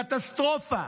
קטסטרופה.